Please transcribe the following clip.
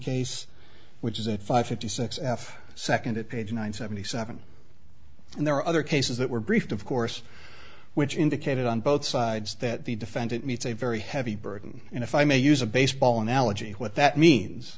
case which is at five fifty six f second at page nine seventy seven and there are other cases that were briefed of course which indicated on both sides that the defendant meets a very heavy burden and if i may use a baseball analogy what that means